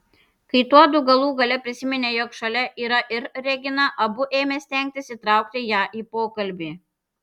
kai tuodu galų gale prisiminė jog šalia yra ir regina abu ėmė stengtis įtraukti ją į pokalbį